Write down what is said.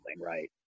right